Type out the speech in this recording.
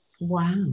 Wow